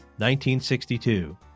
1962